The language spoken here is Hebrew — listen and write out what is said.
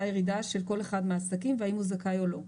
הירידה של כל אחד מהעסקים והאם הוא זכאי או לא.